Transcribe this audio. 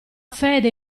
fede